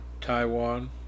Taiwan